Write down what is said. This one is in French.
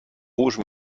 rouge